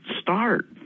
start